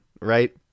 right